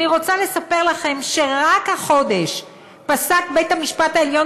אני רוצה לספר לכם שרק החודש פסק בית-המשפט העליון